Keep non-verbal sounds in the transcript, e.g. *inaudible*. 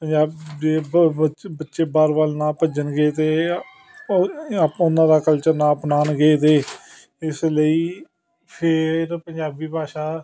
ਪੰਜਾਬ *unintelligible* ਬੱਚੇ ਬਾਹਰ ਵੱਲ ਨਾ ਭੱਜਣਗੇ ਅਤੇ ਆਪਾਂ ਉਹਨਾਂ ਦਾ ਕਲਚਰ ਨਾ ਅਪਣਾਣਗੇ ਦੇ ਇਸ ਲਈ ਫਿਰ ਪੰਜਾਬੀ ਭਾਸ਼ਾ